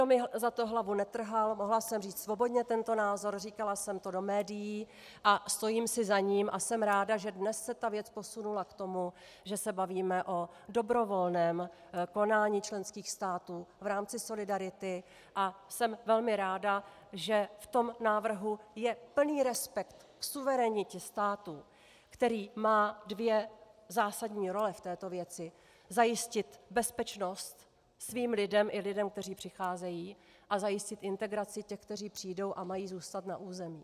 Nikdo mi za to hlavu netrhal, mohla jsem říct svobodně tento názor, říkala jsem to do médií a stojím si za ním a jsem ráda, že dnes se ta věc posunula k tomu, že se bavíme o dobrovolném konání členských států v rámci solidarity, a jsem velmi ráda, že v tom návrhu je plný respekt k suverenitě států, který má dvě zásadní role v této věci: zajistit bezpečnost svým lidem i lidem, kteří přicházejí, a zajistit integraci těch, kteří přijdou a mají zůstat na území.